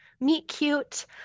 meet-cute